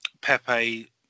Pepe